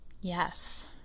Yes